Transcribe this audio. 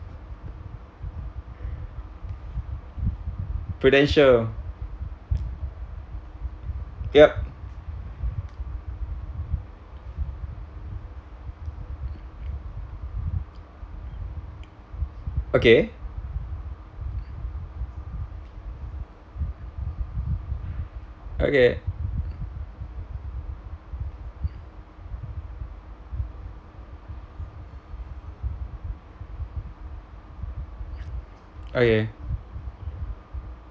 prudential yup okay okay okay